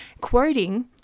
quoting